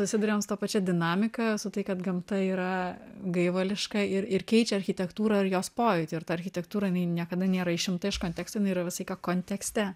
susiduriam su ta pačia dinamika su tai kad gamta yra gaivališka ir ir keičia architektūrą ir jos pojūtį ir ta architektūra jinai niekada nėra išimta iš konteksto jinai yra visą laiką kontekste